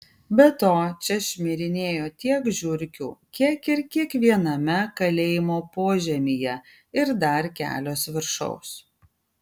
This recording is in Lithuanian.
be to čia šmirinėjo tiek žiurkių kiek ir kiekviename kalėjimo požemyje ir dar kelios viršaus